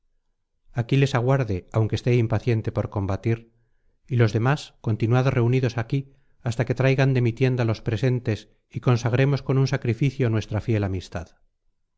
divinidad aquiles aguarde aunque esté impaciente por combatir y los demás continuad reunidos aquí hasta que traigan de mi tiéndalos presentes y consagremos con un sacrificio nuestra fiel amistad